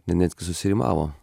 netgi susirimavo